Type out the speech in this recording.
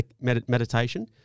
meditation